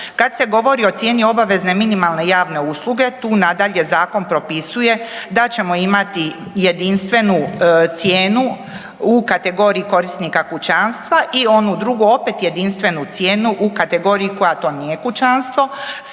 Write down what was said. Kad se govori o cijeni obavezne minimalne javne usluge tu nadalje zakon propisuje da ćemo imati jedinstvenu cijenu u kategoriji korisnika kućanstva i onu drugu opet jedinstvenu cijenu u kategoriji koja to nije kućanstvo